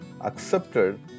accepted